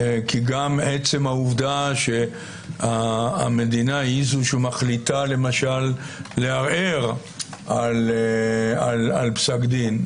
כי גם עצם העובדה שהמדינה היא זו שמחליטה למשל לערער על פסק דין,